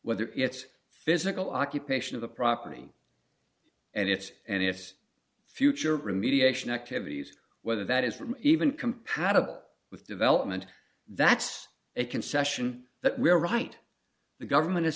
whether it's physical occupation of the property and it's and it's future remediation activities whether that is from even compatible with development that's a concession that we're right the government